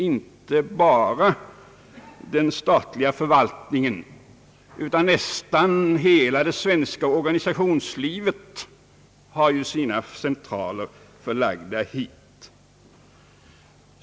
Inte bara den statliga förvaltningen utan nästan hela det svenska organisationslivet har ju sina centraler förlagda hit.